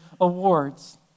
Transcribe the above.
awards